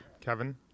Kevin